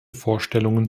vorstellungen